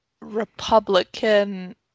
Republican